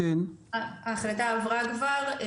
ההחלטה עברה כבר.